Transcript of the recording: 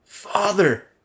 Father